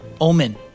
Omen